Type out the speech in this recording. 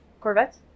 Corvettes